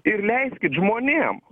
ir leiskit žmonėm